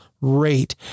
rate